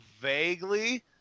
Vaguely